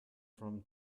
from